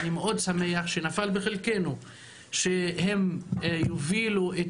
אני מאוד שמח שנפל בחלקנו שהם יובילו את